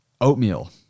oatmeal